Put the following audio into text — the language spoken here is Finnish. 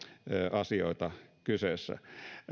asioita kyseessä